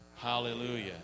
Hallelujah